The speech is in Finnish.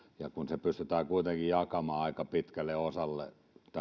päivää kun se pystytään kuitenkin jakamaan aika pitkälle osalle näiden